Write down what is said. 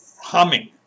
humming